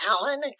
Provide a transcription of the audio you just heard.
Alan